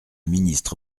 ministre